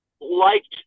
liked